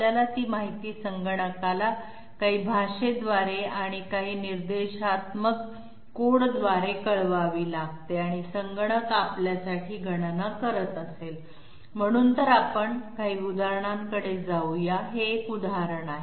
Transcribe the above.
आपल्याला ती माहिती संगणकाला काही भाषेद्वारे आणि काही निर्देशात्मक कोडद्वारे कळवावी लागते आणि संगणक आपल्यासाठी गणना करत असेल म्हणून तर आपण काही उदाहरणांकडे जाऊ या हे एक उदाहरण आहे